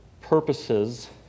purposes